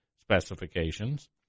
specifications